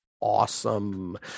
awesome